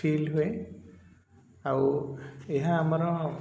feel ହୁଏ ଆଉ ଏହା ଆମର